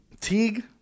Teague